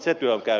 se työ käy